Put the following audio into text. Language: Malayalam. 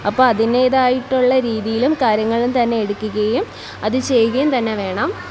അപ്പോൾ അതിൻ്റേതായിട്ടുള്ള രീതിയിലും കാര്യങ്ങളും തന്നെ എടുക്കുകയും അത് ചെയ്യുകയും തന്നെ വേണം